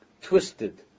Twisted